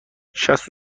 شصت